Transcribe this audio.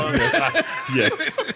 yes